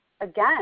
again